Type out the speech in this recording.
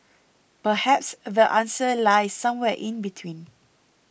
perhaps the answer lies somewhere in between